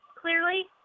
clearly